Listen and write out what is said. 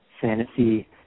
fantasy